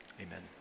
Amen